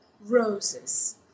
roses